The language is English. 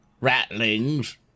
rattlings